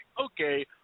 okay